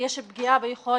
יש פער גדול